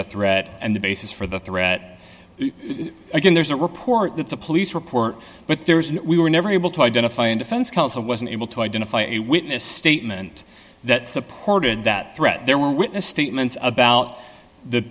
the threat and the basis for the threat again there's a report that's a police report but there is and we were never able to identify a defense counsel wasn't able to identify a witness statement that supported that threat there were witness statements about th